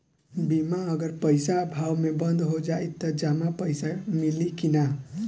बीमा अगर पइसा अभाव में बंद हो जाई त जमा पइसा मिली कि न?